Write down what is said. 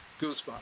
goosebumps